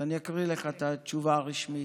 אני אקריא לך את התשובה הרשמית: